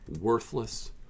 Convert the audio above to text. worthless